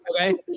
Okay